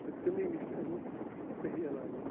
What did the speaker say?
تہٕ تِمنٕے نِش چھِ اَمیُک صحیح علاج تہِ